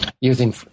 using